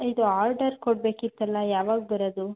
ಇದು ಆರ್ಡರ್ ಕೋಡಬೇಕಿತ್ತಲ್ಲ ಯಾವಾಗ ಬರೋದು